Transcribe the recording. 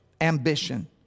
ambition